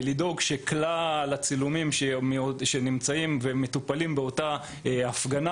ולדאוג שכלל הצילומים שמתבצעים באותה הפגנה